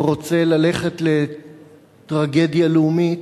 רוצה ללכת לטרגדיה לאומית,